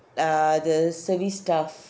ah the service staff